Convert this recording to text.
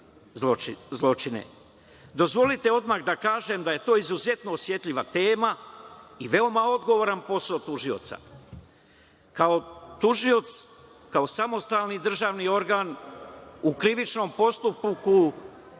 Dozvolite odmah da kažem da je to izuzetno osetljiva tema i veoma odgovoran posao tužioca kao tužioc. Kao samostalni državni organ u krivičnom postupku